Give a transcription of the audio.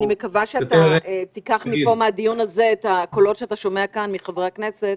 אני מקווה שאתה תיקח מהדיון הזה את הקולות שאתה שומע כאן מחברי הכנסת,